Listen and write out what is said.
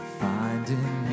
finding